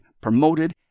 promoted